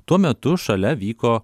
tuo metu šalia vyko